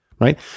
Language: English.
right